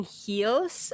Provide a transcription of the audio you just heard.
heels